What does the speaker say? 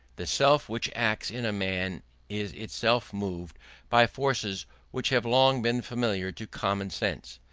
the self which acts in a man is itself moved by forces which have long been familiar to common sense,